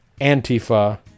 Antifa